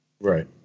Right